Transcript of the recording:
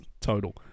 total